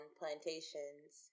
plantations